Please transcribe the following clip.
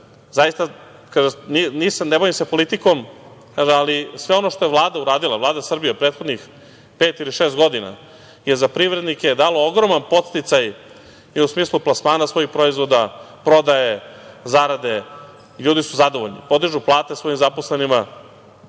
zaista, ne bavim se politikom, ali sve ono što je Vlada uradila, Vlada Srbije u prethodnih pet ili šest godina je za privrednike dalo ogroman podsticaj u smislu plasmana svojih proizvoda, prodaje zarade, ljudi su zadovoljni, podižu plate svojim zaposlenima.